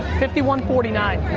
fifty one, forty nine.